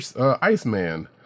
Iceman